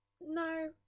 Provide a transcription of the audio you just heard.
No